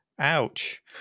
ouch